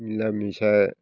मिला मिसा